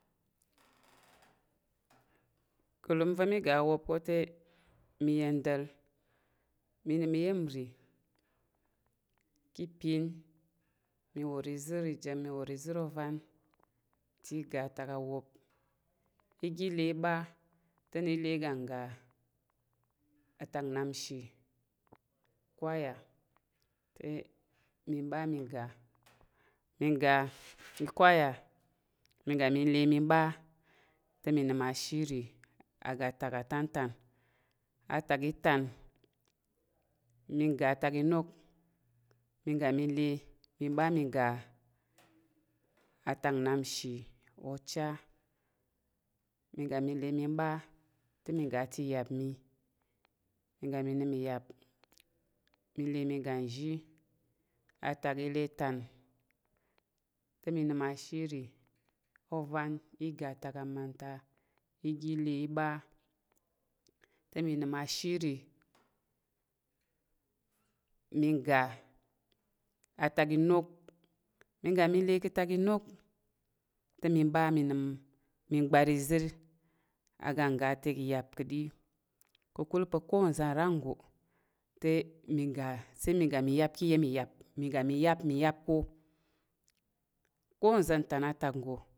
Ka̱ alum va̱ mi ga awop ko te mi yendal mi nəm iya̱m nri ka̱ pyen mi wor izər i jim mi wor izər ovan te iga ta ka wop iga le i ɓa te mi le i ga ga atak nnap nshi ichoir mi ɓa mi ga mi ga choir mi ga mi le mi ɓa te mi nəm ashiri aga tak atan tan atak i tan mi ga tak inok mi ga mi le mi ɓa mi ga atak nnap nshi ocha mi ga mi le nəm ba te miga ti iyap mi miga mini mi iyap mi le mi ga nzhi a take ile itan te mi nəm a shiri oven iga atak a amanta iga le i ɓa ta mi nəm ashiri mi ga a tak inok mi ga mi le ka tak inok te mi ɓa mi nəm mi gbar izər a ga ga ltak yap kadi ka̱kul pa̱ ko nze nra nggo te mi ga sai mi ga mi yap ka̱ iya̱m iyap mi ga mi yap mi yap ko ko nza̱ ntan atak nggo.